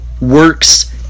works